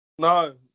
No